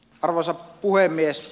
arvoisa puhemies